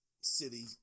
city